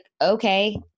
okay